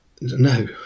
No